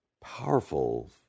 powerful